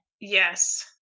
Yes